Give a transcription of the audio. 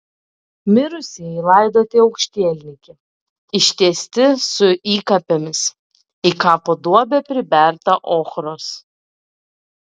mirusieji laidoti aukštielninki ištiesti su įkapėmis į kapo duobę priberta ochros